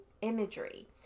Imagery